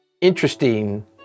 interesting